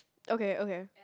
okay okay